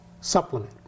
supplement